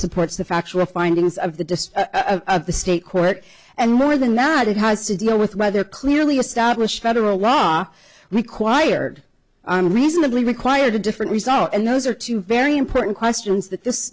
supports the factual findings of the district of the state court and more than that it has to do with whether clearly established federal law required on reasonably required a different result and those are two very important questions that this